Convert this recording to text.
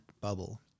bubble